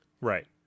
Right